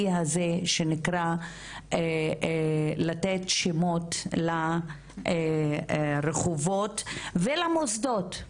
הזה שנקרא לתת שמות לרחובות ולמוסדות.